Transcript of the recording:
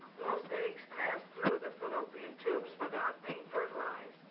most eggs pass through the fallopian tubes without being fertilized.